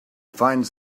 finds